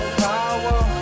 power